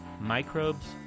microbes